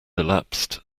elapsed